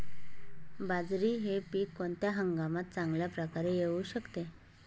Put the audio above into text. बाजरी हे पीक कोणत्या हंगामात चांगल्या प्रकारे येऊ शकते?